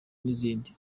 nizindi